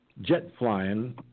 jet-flying